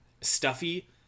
stuffy